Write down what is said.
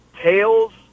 tails